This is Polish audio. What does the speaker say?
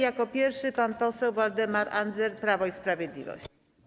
Jako pierwszy pan poseł Waldemar Andzel, Prawo i Sprawiedliwość.